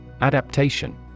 Adaptation